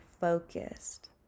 focused